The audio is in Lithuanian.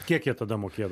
kiek jie tada mokėdavo